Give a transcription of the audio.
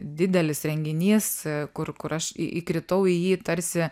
didelis renginys kur kur aš į įkritau į jį tarsi